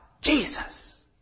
Jesus